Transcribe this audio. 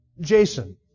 Jason